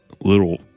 little